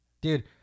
Dude